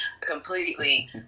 completely